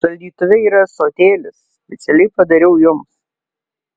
šaldytuve yra ąsotėlis specialiai padariau jums